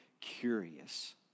curious